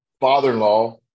father-in-law